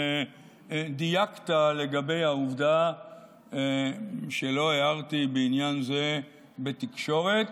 ודייקת לגבי העובדה שלא הערתי בעניין זה בתקשורת.